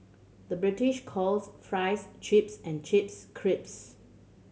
the British calls fries chips and chips crisps